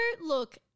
look